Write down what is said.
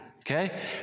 Okay